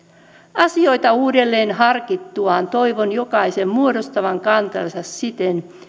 asioita uudelleenharkittuaan toivon jokaisen muodostavan kantansa siten